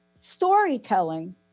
Storytelling